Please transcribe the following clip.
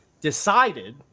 decided